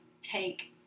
take